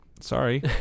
Sorry